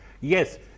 Yes